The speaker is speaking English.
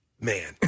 Man